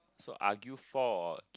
so argue fought